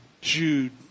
Jude